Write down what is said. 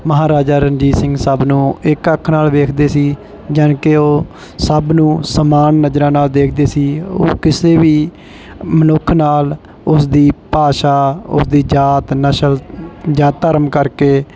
ਮਹਾਰਾਜਾ ਰਣਜੀਤ ਸਿੰਘ ਸਭ ਨੂੰ ਇੱਕ ਅੱਖ ਨਾਲ ਵੇਖਦੇ ਸੀ ਯਾਨੀ ਕਿ ਉਹ ਸਭ ਨੂੰ ਸਮਾਨ ਨਜ਼ਰਾਂ ਨਾਲ ਦੇਖਦੇ ਸੀ ਉਹ ਕਿਸੇ ਵੀ ਮਨੁੱਖ ਨਾਲ ਉਸ ਦੀ ਭਾਸ਼ਾ ਉਸ ਦੀ ਜਾਤ ਨਸਲ ਜਾਂ ਧਰਮ ਕਰਕੇ